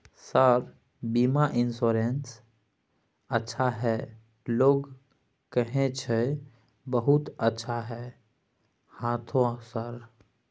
Sir बीमा insurance अच्छा है लोग कहै छै बहुत अच्छा है हाँथो सर?